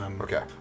Okay